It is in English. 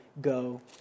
Go